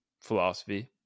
philosophy